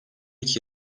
iki